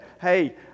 Hey